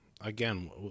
again